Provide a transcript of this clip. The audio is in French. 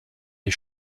des